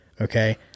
okay